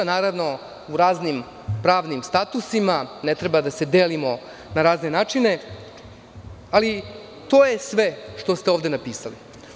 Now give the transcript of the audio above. Naravno, u raznim pravnim statusima ne treba da se delimo na razne načine, ali to je sve što ste ovde napisali.